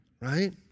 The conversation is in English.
right